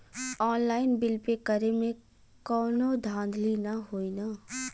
Online bill pay करे में कौनो धांधली ना होई ना?